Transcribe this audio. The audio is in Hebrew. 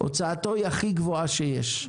ההוצאות שלו הכי גבוהות שיש.